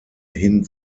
hin